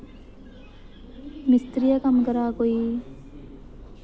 मिस्त्रियां कम्म करै कोई